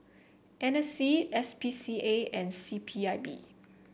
N C S P C A and C P I B